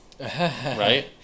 Right